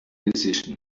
decisions